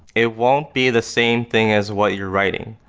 it won't be the same thing as what you're writing.